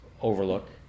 Overlook